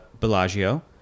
Bellagio